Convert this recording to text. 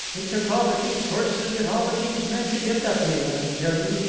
it took all the king's horses and all the king's men to get it up here, i can tell you.